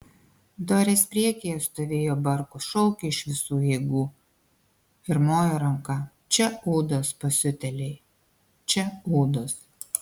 dorės priekyje stovėjo barkus šaukė iš visų jėgų ir mojo ranka čia ūdos pasiutėliai čia ūdos